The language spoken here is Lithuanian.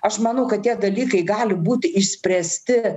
aš manau kad tie dalykai gali būti išspręsti